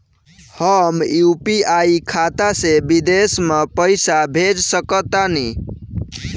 हम यू.पी.आई खाता से विदेश म पइसा भेज सक तानि?